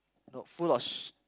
no full of